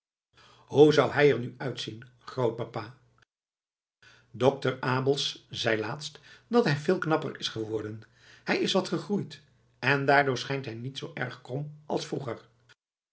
hoe zou hij er nu uitzien grootpapa dokter abels zei laatst dat hij veel knapper is geworden hij is wat gegroeid en daardoor schijnt hij niet zoo erg krom als vroeger